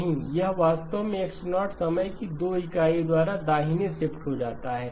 नहीं यह वास्तव में X0 समय की 2 इकाइयों द्वारा दाहिने शिफ्ट हो जाता है